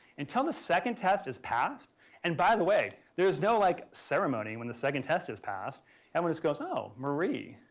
until the second test is passed and by the way, there's no like ceremony when the second test is passed and just goes oh marie.